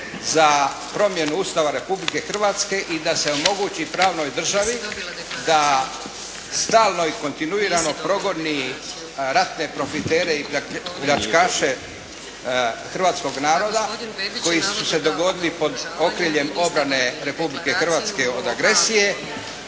za promjenu Ustava Republike Hrvatske i da se omogući pravnoj državi da stalno i kontinuirano provodi ratne profitere i pljačkaše hrvatskog naroda koji su se dogodili pod okriljem obrane Republike Hrvatske od agresije,